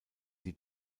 die